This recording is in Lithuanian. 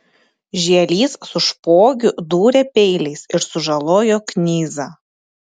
žielys su špogiu dūrė peiliais ir sužalojo knyzą